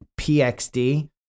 PXD